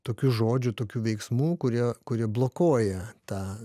tokių žodžių tokių veiksmų kurie kurie blokuoja tą